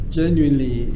genuinely